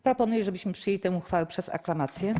Proponuję, żebyśmy przyjęli tę uchwałę przez aklamację.